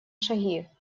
шаги